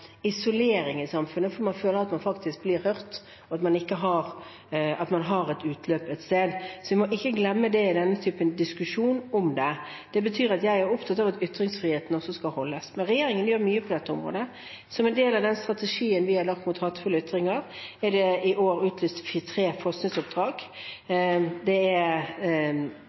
at man har et utløp et sted. Det må vi ikke glemme i denne typen diskusjon om det. Det betyr at jeg er opptatt av at ytringsfriheten også skal holdes. Men regjeringen gjør mye på dette området. Som en del av den strategien vi har lagt mot hatefulle ytringer, er det i år utlyst tre forskningsoppdrag. Det er